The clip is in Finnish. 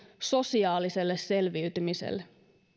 sosiaaliselle selviytymiselle